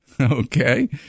Okay